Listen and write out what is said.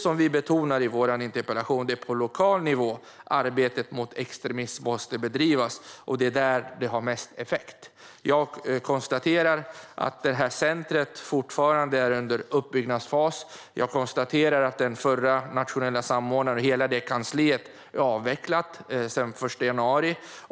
Som vi betonar i vår interpellation är det på lokal nivå som arbetet mot extremism måste bedrivas, och det är där som det har störst effekt. Jag konstaterar att detta centrum fortfarande är i en uppbyggnadsfas. Jag konstaterar att den nationella samordnaren och hela kansliet är avvecklat sedan den 1 januari.